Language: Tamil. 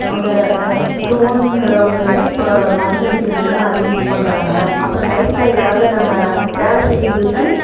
அந்த டோன்ங்கிற ஒன்று வந்து இப்ப மருந்து அடிக்கிறதுக்குன்னு அது யூஸ் பண்ணுறாங்க அப்புறம் நைட்டில் எதாவது நம்ம வேலை செய்யும் பொழுதுக்கு